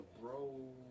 bro